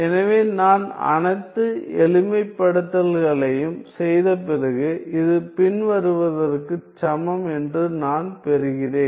எனவே நான் அனைத்து எளிமைப்படுத்தல்களையும் செய்த பிறகு இது பின்வருவதற்குச் சமம் என்று நான் பெறுகிறேன்